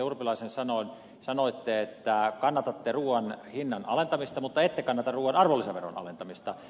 urpilaisen sanoin sanoitte että kannatatte ruuan hinnan alentamista mutta ette kannata ruuan arvonlisäveron alentamista